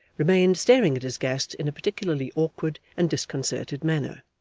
remained staring at his guest in a particularly awkward and disconcerted manner.